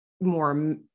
more